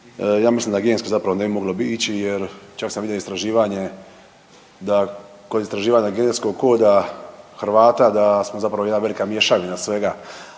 Ja mislim da gensko zapravo ne bi moglo ići jer čak sam vidio istraživanje, da kod istraživanja genskog koda Hrvata da smo zapravo jedna velika mješavina svega,